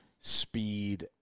speed